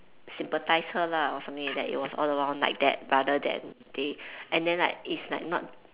sympathise her lah or something like that it was all along like that rather than they and then like is like not